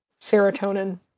serotonin